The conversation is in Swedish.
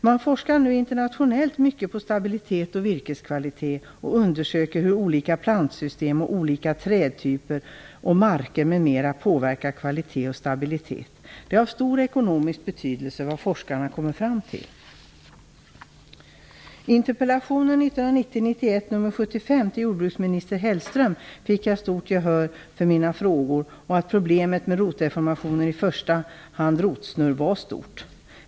Man forskar nu internationellt mycket på stabilitet och virkeskvalitet och undersöker hur olika plantsystem och olika trädtyper och marker m.m. påverkar kvalitet och stabilitet. Det är av stor ekonomisk betydelse vad forskarna kommer fram till. I interpellationen 1990/91:75 till jordbruksminister Hellström fick jag stort gehör för mina frågor och för att problemet med rotdeformationer, i första hand rotsnurr, var stort.